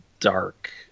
dark